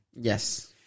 Yes